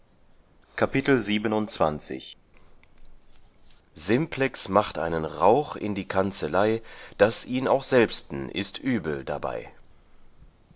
simplex macht einen rauch in die kanzelei daß ihn auch selbsten ist übel darbei